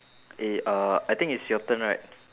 eh uh I think it's your turn right